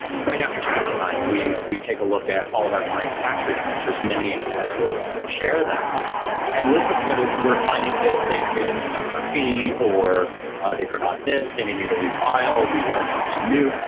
right after tax time we we take a look at all of our clients' tax returns for as many as we would share them and we'll put together we're finding this. they they didn't deduct our fee or they forgot this. they may need to refile. we learn something new.